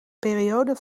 periode